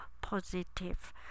positive